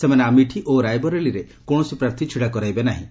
ସେମାନେ ଆମିଠି ଓ ରାଏବରେଲିରେ କୌଣସି ପ୍ରାର୍ଥୀ ଛିଡା କରାଇବେ ନାହିଁ